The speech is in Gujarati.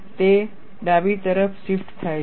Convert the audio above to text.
તે ડાબી તરફ શિફ્ટ થાય છે